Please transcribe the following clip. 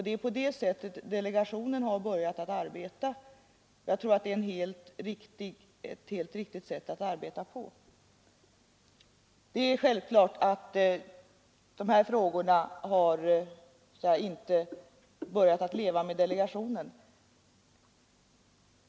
Det är på det sättet som delegationen har börjat arbeta, och jag tror att det är ett riktigt sätt att arbeta på. Det är självklart att de här frågorna inte har aktualiserats i och med delegationen.